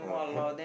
(uh huh)